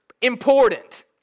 important